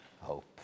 hope